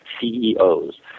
CEOs